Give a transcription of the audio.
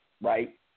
right